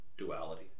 Duality